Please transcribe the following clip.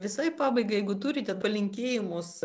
visai pabaigai jeigu turite palinkėjimus